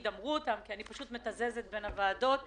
כבר אמרו כי אני פשוט מתזזת בין הוועדות.